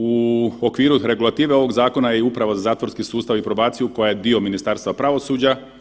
U okviru regulative ovog zakona je i Uprava za zatvorski sustav i probaciju koja je dio Ministarstva pravosuđa.